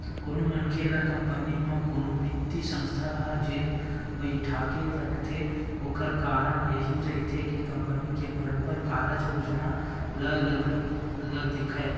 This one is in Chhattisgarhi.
कोनो मनखे ल कंपनी म कोनो बित्तीय संस्था ह जेन बइठाके रखथे ओखर कारन यहीं रहिथे के कंपनी के बरोबर कारज योजना ल देखय